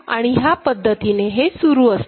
आणि ह्या पद्धतीने हे सुरू राहते